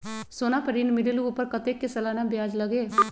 सोना पर ऋण मिलेलु ओपर कतेक के सालाना ब्याज लगे?